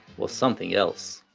was something else.